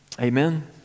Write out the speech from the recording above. Amen